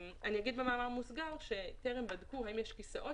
במאמר מוסגר אני אומר שארגון בטרם בדקו האם יש כיסאות